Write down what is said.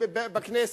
בכנסת,